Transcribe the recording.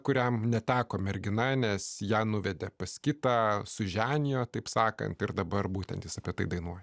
kuriam neteko mergina nes ją nuvedė pas kitą suženijo taip sakant ir dabar būtent jis apie tai dainuoja